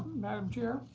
madam chair.